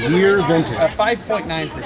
year vintage. five point nine